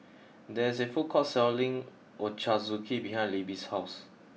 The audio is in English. there is a food court selling Ochazuke behind Libbie's house